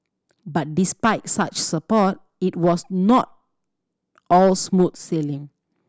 but despite such support it was not all smooth sailing